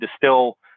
distill